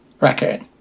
record